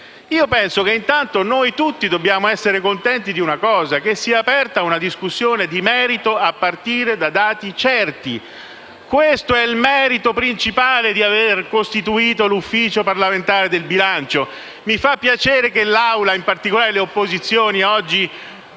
penso che intanto noi tutti dobbiamo essere contenti del fatto che si è aperta una discussione di merito a partire da dati certi. Questo è il merito principale di aver costituito l'Ufficio parlamentare di bilancio. Mi fa piacere che oggi l'Assemblea, e in particolare le opposizioni,